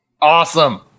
Awesome